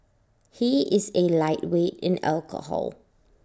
he is A lightweight in alcohol